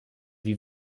wie